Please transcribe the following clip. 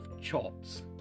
chops